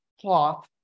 cloth